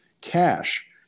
cash